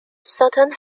sutton